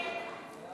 זה